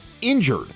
injured